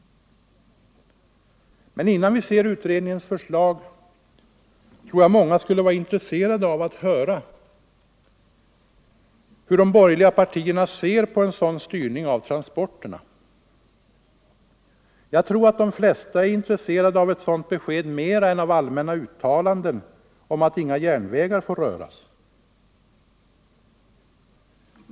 Men innan vi får utredningens förslag tror jag att många skulle vara intresserade av att höra hur de borgerliga partierna ser på en sådan styrning av transporterna. De flesta är nog mer intresserade av ett sådant besked än av allmänna uttalanden om att inga järnvägar får röras.